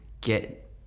get